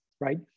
right